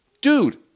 dude